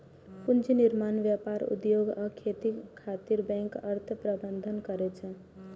पूंजी निर्माण, व्यापार, उद्योग आ खेती खातिर बैंक अर्थ प्रबंधन करै छै